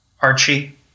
Archie